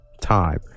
time